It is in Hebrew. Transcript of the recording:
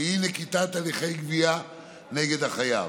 ואי-נקיטת הליכי גבייה נגד החייב,